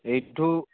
ଏଇଠୁ